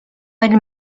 elle